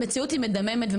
המציאות היא מדממת והיא